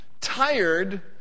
tired